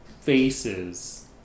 faces